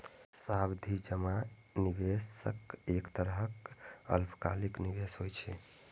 सावधि जमा निवेशक एक तरहक अल्पकालिक निवेश होइ छै